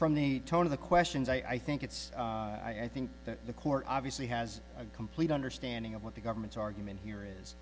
from the tone of the questions i think it's i think that the court obviously has a complete understanding of what the government's argument here is